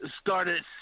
started